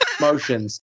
motions